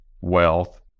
wealth